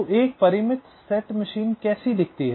तो एक परिमित सेट मशीन कैसी दिखती है